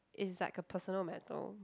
it's like a personal matter